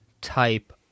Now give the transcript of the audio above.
type